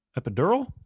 Epidural